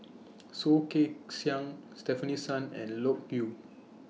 Soh Kay Siang Stefanie Sun and Loke Yew